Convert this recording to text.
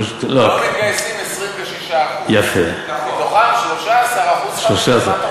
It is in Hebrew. לא מתגייסים 26%. מתוכם 13% חרדים.